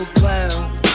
clowns